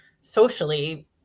socially